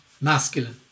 masculine